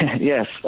Yes